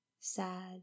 sad